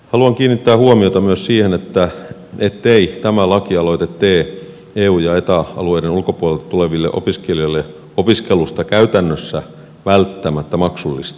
haluan kiinnittää huomiota myös siihen ettei tämä lakialoite tee eu ja eta alueiden ulkopuolelta tuleville opiskelijoille opiskelusta käytännössä välttämättä maksullista